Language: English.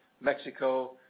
Mexico